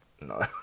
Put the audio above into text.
No